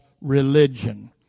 religion